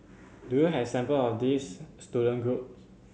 do you have example of these student group